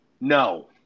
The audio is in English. No